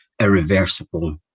irreversible